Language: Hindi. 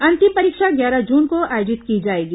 अंतिम परीक्षा ग्यारह जून को आयोजित की जाएगी